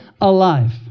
alive